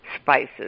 spices